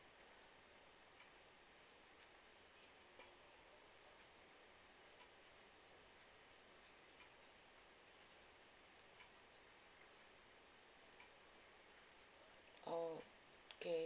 oh okay